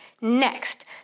next